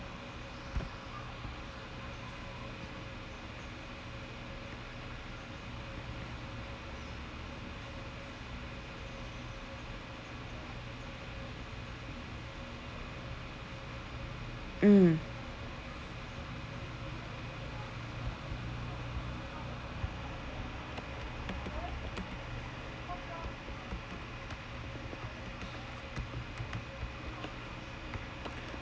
hmm